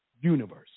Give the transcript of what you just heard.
universe